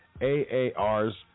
aar's